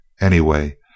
Anyway